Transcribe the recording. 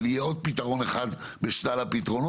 אבל יהיה עוד פתרון אחד בשלל הפתרונות